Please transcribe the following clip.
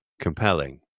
compelling